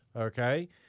okay